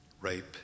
rape